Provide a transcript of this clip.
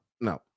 no